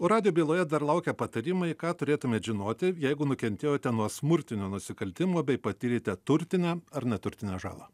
o radijo byloje dar laukia patarimai ką turėtumėt žinoti jeigu nukentėjote nuo smurtinių nusikaltimų bei patyrėte turtinę ar neturtinę žalą